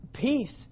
Peace